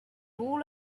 all